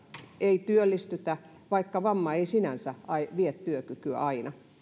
ei työllistytä vaikka vamma ei sinänsä aina vie työkykyä